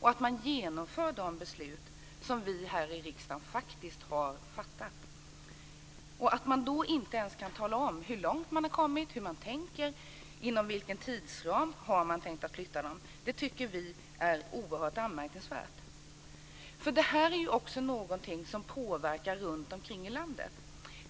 och genomför de beslut som vi här i riksdagen faktiskt har fattat är anmärkningsvärt. Att man inte ens kan tala om hur långt man har kommit, hur man tänker och inom vilken tidsram man har tänkt flytta styrkan tycker vi är oerhört anmärkningsvärt. Detta är någonting som påverkar hela landet.